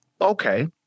okay